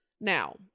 Now